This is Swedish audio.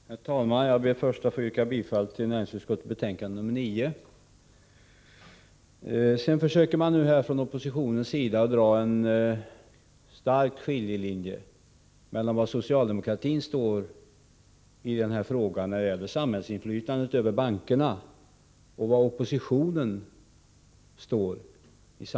Herr talman! Låt mig först yrka bifall till näringsutskottets betänkande 9. Från oppositionens sida försöker man dra en stark skiljelinje mellan var socialdemokratin står i denna fråga om samhällsinflytande över bankerna och var oppositionen står.